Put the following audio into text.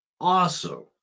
awesome